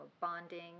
bonding